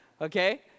Okay